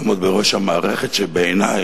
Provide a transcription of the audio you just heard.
לעמוד בראש המערכת שבעיני,